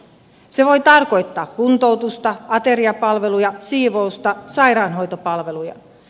se voi tarkoittaa kuntoutusta ateriapalveluja siivousta sairaanhoitopalveluja